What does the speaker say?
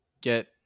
get